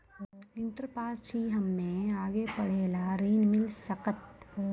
Inter pass छी हम्मे आगे पढ़े ला ऋण मिल सकत?